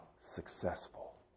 Successful